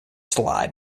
slide